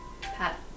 Pat